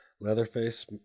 Leatherface